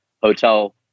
hotel